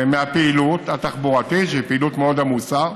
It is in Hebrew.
מהפעילות התחבורתית, שהיא פעילות מאוד עמוסה,